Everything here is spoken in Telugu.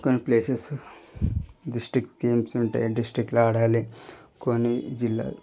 కొన్ని ప్లేసెస్ డిస్ట్రిక్ట్ గేమ్స్ ఉంటాయి డిస్ట్రిక్ట్లో ఆడాలి కొన్ని జిల్లాలు